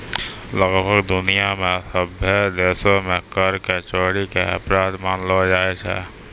लगभग दुनिया मे सभ्भे देशो मे कर के चोरी के अपराध मानलो जाय छै